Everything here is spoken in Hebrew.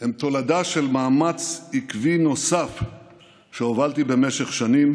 הם תולדה של מאמץ עקבי נוסף שהובלתי במשך שנים,